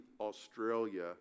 Australia